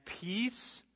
peace